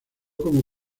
como